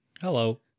hello